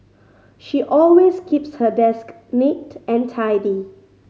she always keeps her desk neat and tidy